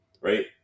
Right